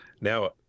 now